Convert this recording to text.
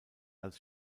als